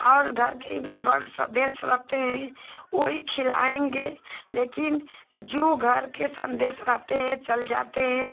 और घर के भी बड़े सदस्य रहते हैं वही खिलाएँगे लेकिन जो घर के सदस्य रहते हैं चल जाते हैं